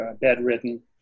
bedridden